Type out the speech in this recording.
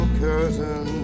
curtain